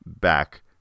back